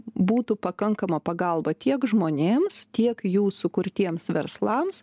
būtų pakankama pagalba tiek žmonėms tiek jų sukurtiems verslams